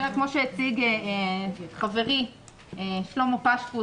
כל שבעה בתי החולים של נצרת,